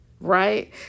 right